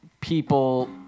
people